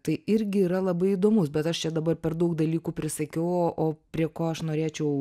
tai irgi yra labai įdomus bet aš čia dabar per daug dalykų prisakiau o o prie ko aš norėčiau